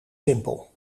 simpel